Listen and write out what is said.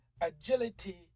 agility